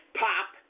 pop